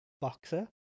Boxer